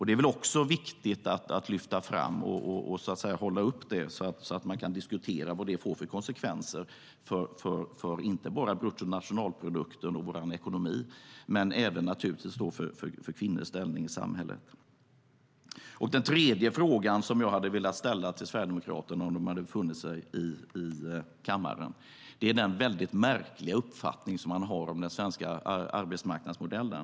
Det är väl också viktigt att lyfta fram och hålla upp så att vi kan diskutera vad det får för konsekvenser inte för bara bruttonationalprodukten utan naturligtvis även för kvinnors ställning i samhället. Den tredje frågan jag hade velat ställa till Sverigedemokraterna om de befunnit sig i kammaren handlar om den märkliga uppfattning de har om den svenska arbetsmarknadsmodellen.